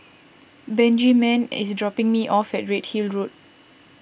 Benjiman is dropping me off at Redhill Road